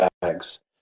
bags